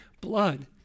blood